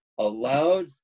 allowed